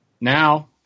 now